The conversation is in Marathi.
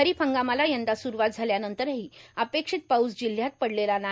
खरीप हंगामाला यंदा सुरूवात झाल्यानंतरही अपेक्षीत पाऊस जिल्ह्यात पडलेला नाही